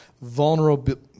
vulnerability